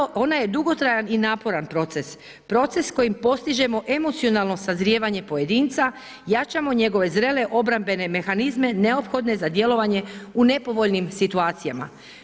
Ona je vrlo, ona je dugotrajan i naporan proces, proces kojim postižemo emocionalno sazrijevanje pojedinca, jačamo njegove zrele obrambene mehanizme neophodne za djelovanje u nepovoljnim situacijama.